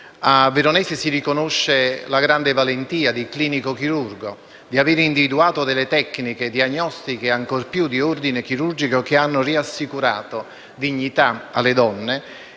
A Veronesi si riconosce la grande valentia di clinico chirurgo per aver individuato tecniche diagnostiche e, ancor più, di ordine chirurgico che hanno assicurato dignità alle donne,